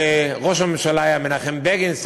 וראש הממשלה היה מנחם בגין,